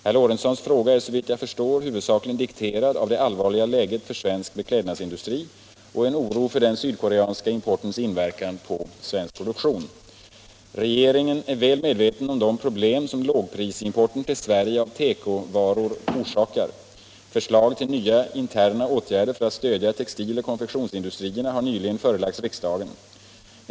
Herr Lorentzons fråga är, såvitt jag förstår, huvudsakligen dikterad av det allvarliga läget för svensk beklädnadsindustri och en oro för den sydkoreanska importens inverkan på svensk produktion. Regeringen är väl medveten om de problem som lågprisimporten av tekovaror till Sverige orsakar. Förslag till nya interna åtgärder för att stödja textiloch konfektionsindustrierna har nyligen förelagts riksdagen.